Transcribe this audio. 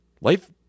Life